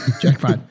Jackpot